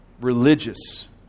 religious